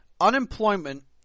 unemployment